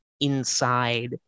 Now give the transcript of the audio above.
inside